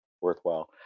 worthwhile